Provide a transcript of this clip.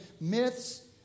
myths